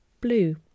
blue